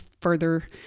further